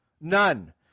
None